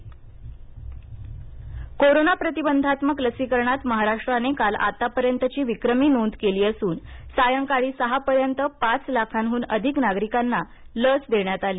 लसीकरण कोरोना प्रतिबंधात्मक लसीकरणात महाराष्ट्राने काल आतापर्यंतची विक्रमी नोंद केली असून सायंकाळी सहा पर्यंत पाच लाखांह्न अधिक नागरिकांना लस देण्यात आली